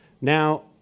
Now